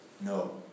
no